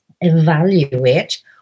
evaluate